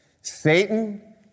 Satan